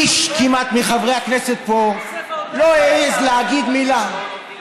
איש, כמעט, מחברי הכנסת פה לא העז להגיד מילה.